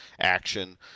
action